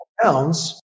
pounds